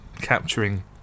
capturing